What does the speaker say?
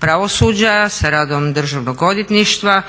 pravosuđa, sa radom državnog odvjetništva